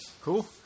cool